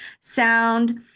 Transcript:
sound